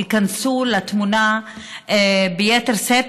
ייכנסו לתמונה ביתר שאת.